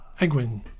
Egwin